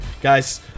Guys